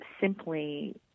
simply